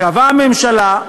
קבעה הממשלה,